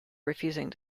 refusing